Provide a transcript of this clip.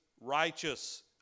righteous